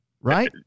Right